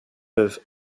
peuvent